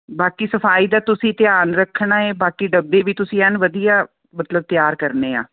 ਬਾਕੀ ਸਫਾਈ ਤਾਂ ਤੁਸੀਂ ਧਿਆਨ ਰੱਖਣਾ ਹੈ ਬਾਕੀ ਡੱਬੇ ਵੀ ਤੁਸੀਂ ਐਨ ਵਧੀਆ ਮਤਲਬ ਤਿਆਰ ਕਰਨੇ ਆ